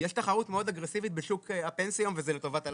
יש תחרות מאוד אגרסיבית בשוק הפנסיה וזה לטובת הלקוח,